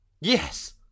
Yes